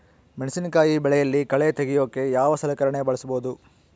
ಮೆಣಸಿನಕಾಯಿ ಬೆಳೆಯಲ್ಲಿ ಕಳೆ ತೆಗಿಯೋಕೆ ಯಾವ ಸಲಕರಣೆ ಬಳಸಬಹುದು?